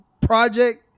project